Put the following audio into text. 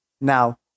now